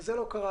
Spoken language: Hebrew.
וזה לא קרה.